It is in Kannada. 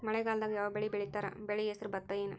ಮಳೆಗಾಲದಾಗ್ ಯಾವ್ ಬೆಳಿ ಬೆಳಿತಾರ, ಬೆಳಿ ಹೆಸರು ಭತ್ತ ಏನ್?